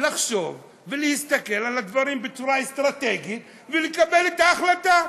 לחשוב ולהסתכל על הדברים בצורה אסטרטגית ולקבל את ההחלטה.